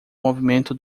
movimento